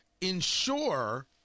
ensure